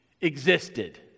existed